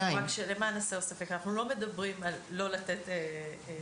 למען הסר ספק אנחנו לא מדברים על לא לתת תרופות.